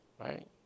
Right